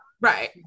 right